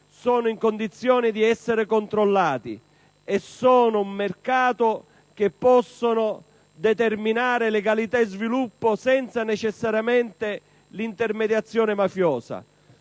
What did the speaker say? sono in condizione di essere controllati e fanno parte di un mercato che può determinare legalità e sviluppo senza necessariamente l'intermediazione mafiosa,